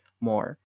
more